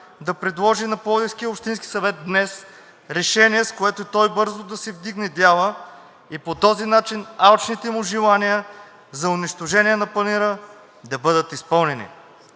да предложи на Пловдивския общински съвет днес решение, с което той бързо да си вдигне дяла и по този начин алчните му желания за унищожение на Панаира да бъдат изпълнени.